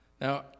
Now